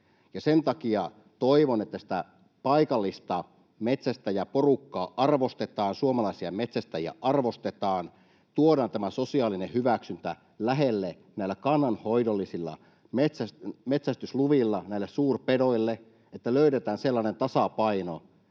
Sen takia toivon, että sitä paikallista metsästäjäporukkaa arvostetaan, suomalaisia metsästäjiä arvostetaan. Tuodaan tämä sosiaalinen hyväksyntä lähelle näillä kannanhoidollisilla metsästysluvilla näille suurpedoille, että löydetään sellainen tasapaino,